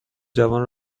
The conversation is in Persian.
جوان